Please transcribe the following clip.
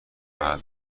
محل